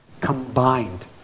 combined